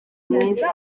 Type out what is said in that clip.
mwiza